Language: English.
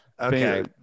Okay